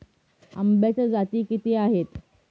आंब्याच्या जाती किती आहेत?